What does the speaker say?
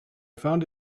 found